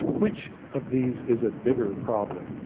which of these is a bigger problem?